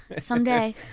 Someday